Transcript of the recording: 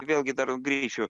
vėlgi dar grįšiu